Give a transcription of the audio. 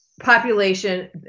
population